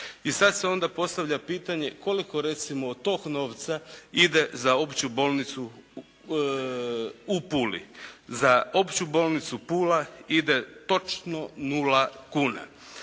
I sad se onda postavlja pitanje koliko recimo od tog novca ide za Opću bolnicu u Puli? Za Opću bolnicu Pula ide točno nula kuna.